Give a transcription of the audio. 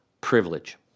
privilege